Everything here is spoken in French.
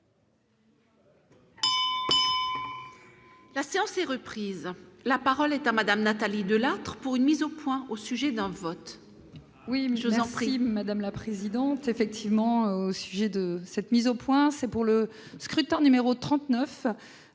La séance est reprise, la parole est à madame Nathalie Delattre pour une mise au point au sujet d'un vote. Oui, mais je vous en prie, madame la présidente, effectivement, au sujet de cette mise au point, c'est pour le scrutin numéro 39